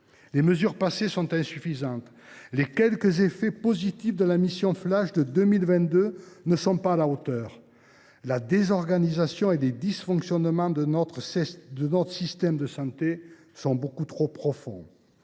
Les mesures passées sont insuffisantes, les quelques effets positifs de la mission flash de 2022 ne sont pas à la hauteur, la désorganisation et les dysfonctionnements de notre système de santé sont beaucoup trop profonds.